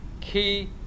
key